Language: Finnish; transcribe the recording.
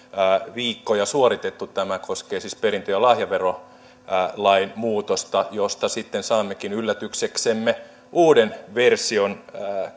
viikkoja suoritettu tämä koskee siis perintö ja lahjaverolain muutosta josta sitten saammekin yllätykseksemme uuden version